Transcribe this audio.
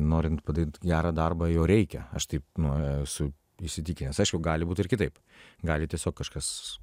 norint padaryt gerą darbą jo reikia aš taip nu esu įsitikinęs aišku gali būt ir kitaip gali tiesiog kažkas